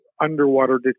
underwater